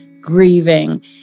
grieving